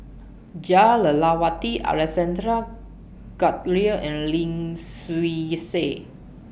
Jah Lelawati Alexander Guthrie and Lim Swee Say